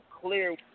clear